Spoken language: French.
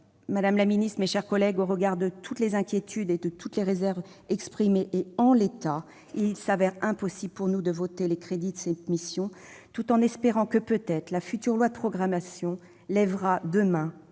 Madame la ministre, mes chers collègues, au regard de toutes les inquiétudes et de toutes les réserves exprimées, et en l'état, il s'avère impossible pour nous de voter les crédits de cette mission, mais nous espérons que la future loi de programmation lèvera demain